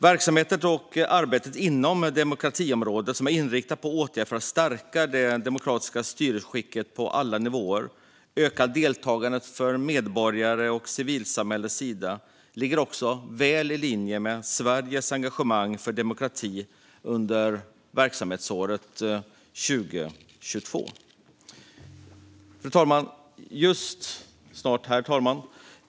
Verksamheten inom demokratiområdet, som är inriktad på åtgärder för att stärka det demokratiska styrelseskicket på alla nivåer och att öka deltagandet för medborgare och civilsamhället, ligger också väl i linje med Sveriges engagemang för demokrati under verksamhetsåret 2022. Fru talman!